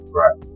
right